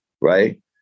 right